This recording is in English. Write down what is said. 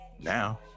now